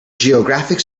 geographic